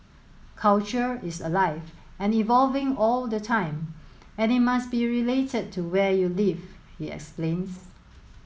culture is alive and evolving all the time and it must be related to where you live he explains